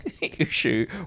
issue